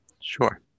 Sure